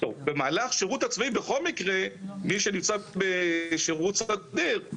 בכל מקרה מי שנמצא בשירות סדיר,